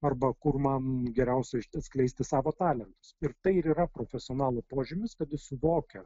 arba kur man geriausia atskleisti savo talentus ir tai ir yra profesionalo požymis kad suvokia